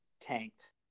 tanked